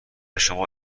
شما